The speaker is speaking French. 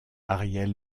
ariel